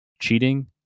cheating